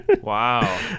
Wow